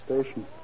station